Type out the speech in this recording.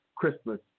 Christmas